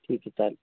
ठीक आहे चालेल